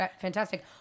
fantastic